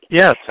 yes